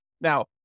Now